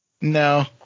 No